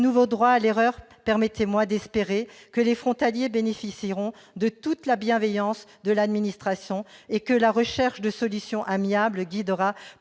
nouveau droit à l'erreur, permettez-moi d'espérer que les frontaliers bénéficieront de toute la bienveillance de l'administration et que la recherche de solutions amiables guidera